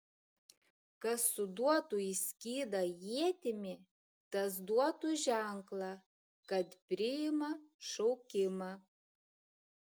kas suduotų į skydą ietimi tas duotų ženklą kad priima šaukimą